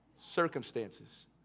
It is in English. Circumstances